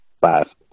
Five